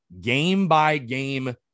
game-by-game